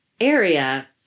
area